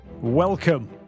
Welcome